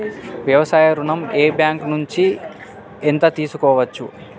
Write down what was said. వ్యవసాయ ఋణం ఏ బ్యాంక్ నుంచి ఎంత తీసుకోవచ్చు?